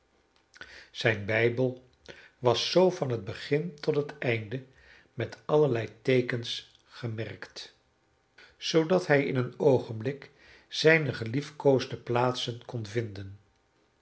zijn bijbel was zoo van het begin tot het einde met allerlei teekens gemerkt zoodat hij in een oogenblik zijne geliefkoosde plaatsen kon vinden